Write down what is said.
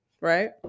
right